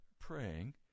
praying